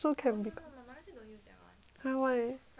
!huh! why